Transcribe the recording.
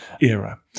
era